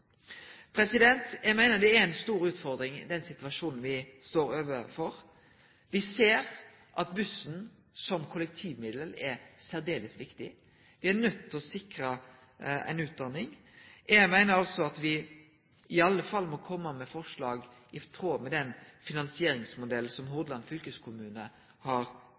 den situasjonen me står overfor, er ei stor utfordring. Me ser at bussen som kollektivmiddel er særdeles viktig. Me er nøydde til å sikre ei utdanning. Eg meiner altså at me i alle fall må kome med forslag i tråd med den finansieringsmodellen som Hordaland fylkeskommune har